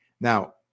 Now